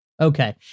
Okay